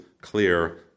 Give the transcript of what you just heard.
clear